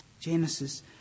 Genesis